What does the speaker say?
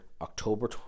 October